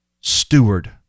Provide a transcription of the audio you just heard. steward